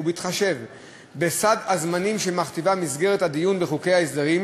ובהתחשב בסד הזמנים שמכתיבה מסגרת הדיון בחוקי ההסדרים,